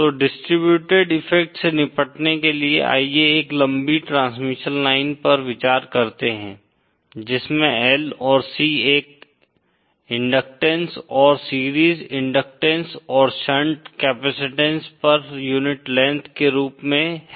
तो distributed effect से निपटने के लिए आइए एक लंबी ट्रांसमिशन लाइन पर विचार करते है जिसमें L और C एक इंडक्टैंस सीरीज इंडक्टैंस और shunt capacitance per unit length के रूप में है